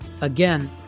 Again